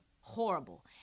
horrible